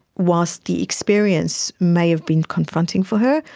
whilst the experience may have been confronting for her,